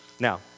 Now